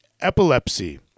epilepsy